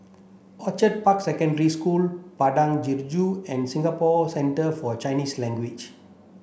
Orchid Park Secondary School Padang Jeringau and Singapore Centre For Chinese Language